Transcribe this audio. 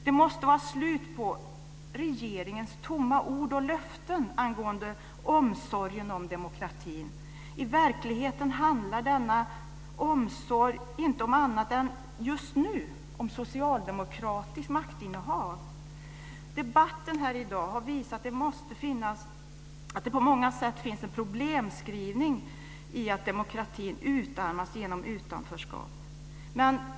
Det måste vara slut på regeringens tomma ord och löften angående omsorgen om demokratin. I verkligheten handlar denna omsorg just nu inte om något annat än om socialdemokratiskt maktinnehav. Debatten här i dag har visat att det på många sätt finns en problembeskrivning i att demokratin utarmas genom utanförskap.